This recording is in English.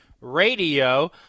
Radio